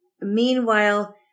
meanwhile